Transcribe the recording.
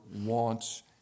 wants